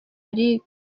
erike